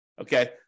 Okay